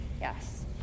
Yes